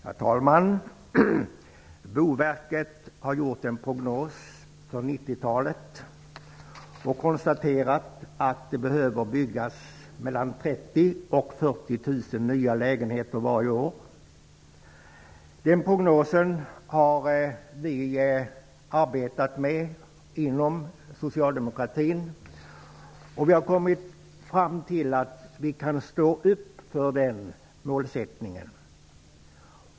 Herr talman! Boverket har gjort en prognos för 90 talet och konstaterat att det behöver byggas mellan 30 000 och 40 000 nya lägenheter varje år. Den prognosen har vi arbetat med inom socialdemokratin, och vi har kommit fram till att vi kan stå upp för den målsättningen.